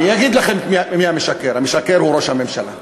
אני אגיד לכם מי המשקר, המשקר הוא ראש הממשלה.